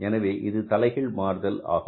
எனவே இது தலைகீழ் மாறுதல் ஆகும்